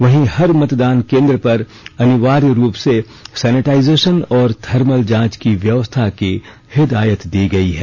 वहीं हर मतदान केन्द्र पर अनिवार्य रूप से सैनिटाइजेशन और थर्मल जांच की व्यवस्था की हिदायत दी गई है